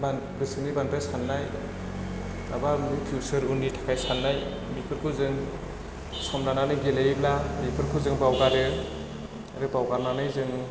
मान गोसोनि बांद्राय साननाय माबा माबि फिउसार उननि थाखाय साननाय बिफोरखौ जों सम लानानै गेलेयोब्ला बिफोरखौ जों बावगारो आरो बावगारनानै जों